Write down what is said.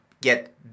get